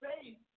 faith